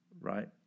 right